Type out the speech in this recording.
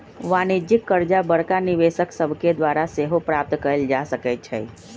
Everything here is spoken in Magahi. वाणिज्यिक करजा बड़का निवेशक सभके द्वारा सेहो प्राप्त कयल जा सकै छइ